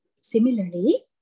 Similarly